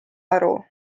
aru